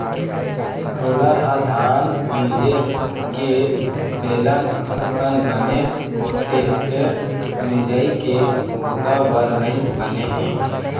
roller ह धान मिंजे के बेलन असन बने होथे फेर मिंजई के बूता बर नइ बने हे